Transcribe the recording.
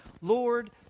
Lord